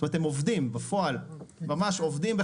הם עובדים בפועל בחקלאות.